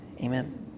Amen